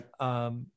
right